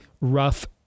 rough